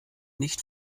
nicht